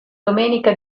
domenica